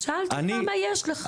אז שאלתי אותך כמה יש לך.